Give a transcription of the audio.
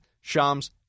Shams